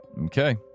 Okay